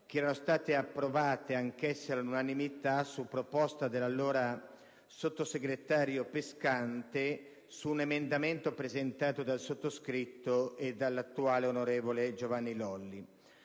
che erano state approvate anch'esse all'unanimità su proposta dell'allora sottosegretario Pescante, in connessione ad un emendamento presentato dal sottoscritto e dall'attuale onorevole Giovanni Lolli.